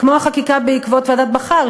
כמו החקיקה בעקבות ועדת בכר,